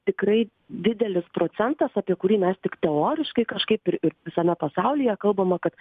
tikrai didelis procentas apie kurį mes tik teoriškai kažkaip ir ir visame pasaulyje kalbama kad